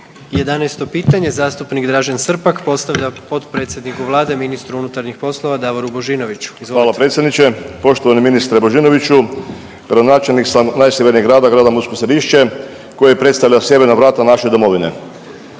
11. pitanje, zastupnik Dražen Srpak postavlja potpredsjedniku Vlade, ministru unutarnjih poslova Davoru Božinoviću, izvolite. **Srpak, Dražen (HDZ)** Hvala predsjedniče, poštovani ministre Božinoviću. Gradonačelnik sam najsjevernijeg grada, grada Mursko Središće koje predstavlja sjeverna vrata naše domovine.